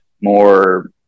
more